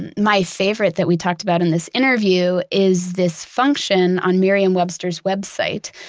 and my favorite that we talked about in this interview is this function on merriam-webster's website,